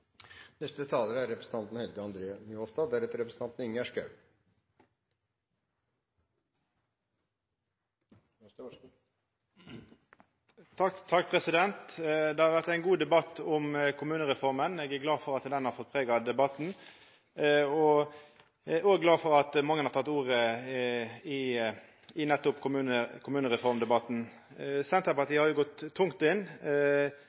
Det har vore ein god debatt om kommunereforma. Eg er glad for at ho har fått prega debatten, og eg er òg glad for at mange har teke ordet i nettopp kommunereformdebatten. Senterpartiet har gått tungt inn.